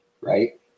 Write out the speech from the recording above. right